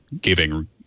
giving